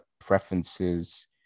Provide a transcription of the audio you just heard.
preferences